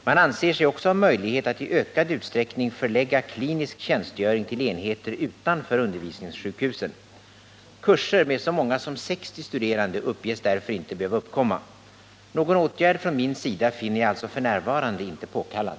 Man anser sig också ha möjlighet att i ökad utsträckning förlägga klinisk tjänstgöring till enheter utanför undervisningssjukhusen. Kurser med så många som 60 studerande uppges därför inte behöva uppkomma. Någon åtgärd från min sida finner jag alltså f. n. inte påkallad.